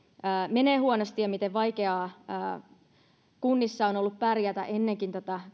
menee huonosti ja miten vaikea kunnissa on ollut pärjätä ennenkin tätä